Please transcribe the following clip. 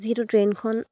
যিহেতু ট্ৰেইনখন